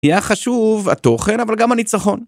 ‫היה חשוב התוכן אבל גם הניצחון.